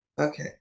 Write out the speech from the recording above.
Okay